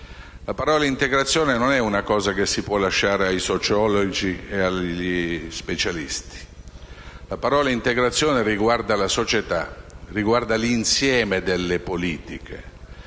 La parola «integrazione» non si può lasciare ai sociologi e agli specialisti. La parola «integrazione» riguarda la società, l'insieme delle politiche,